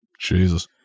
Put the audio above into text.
Jesus